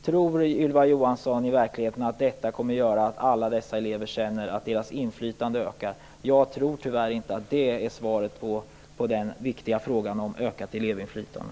Tror Ylva Johansson verkligen att detta kommer att göra att alla dessa elever känner att deras inflytande ökar? Jag tror tyvärr inte att detta är svaret på den viktiga frågan om ökat elevinflytande.